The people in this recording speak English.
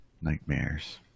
nightmares